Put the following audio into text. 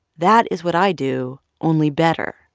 that is what i do, only better.